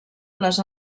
les